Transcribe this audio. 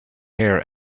hair